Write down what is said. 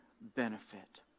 benefit